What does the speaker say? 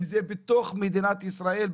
למדינת ישראל,